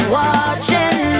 watching